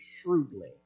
shrewdly